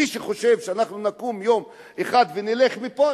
מי שחושב שאנחנו נקום יום אחד ונלך מפה,